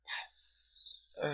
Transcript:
Yes